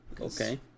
Okay